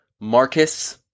Marcus